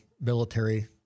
military